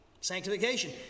sanctification